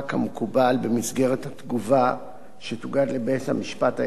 במסגרת התגובה שתוגש לבית-המשפט העליון בבג"ץ